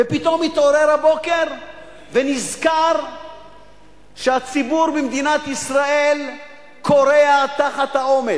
ופתאום התעורר הבוקר ונזכר שהציבור במדינת ישראל כורע תחת העומס.